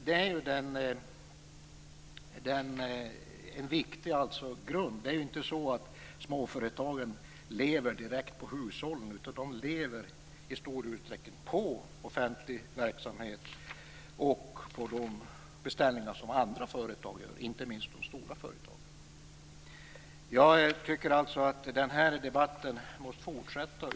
Det är ju en viktig grund. Det är ju inte så att småföretagen lever direkt på hushållen. De lever i stor utsträckning på offentlig verksamhet och på de beställningar som andra företag gör, inte minst de stora företagen. Jag tycker alltså att den här debatten måste fortsätta.